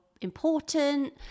important